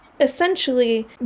essentially